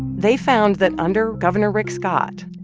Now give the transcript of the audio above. they found that under governor rick scott,